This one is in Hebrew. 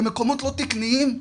במקומות לא תקניים.